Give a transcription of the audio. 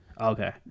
Okay